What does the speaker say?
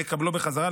לקבלו בחזרה,